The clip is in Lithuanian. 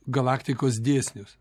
galaktikos dėsnius